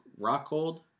Rockhold